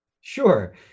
Sure